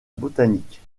botanique